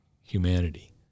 humanity